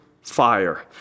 fire